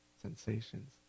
sensations